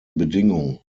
bedingung